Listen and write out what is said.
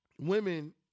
women